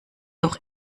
doch